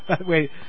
Wait